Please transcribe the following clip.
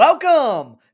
Welcome